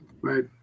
right